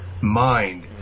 mind